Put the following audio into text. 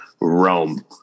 Rome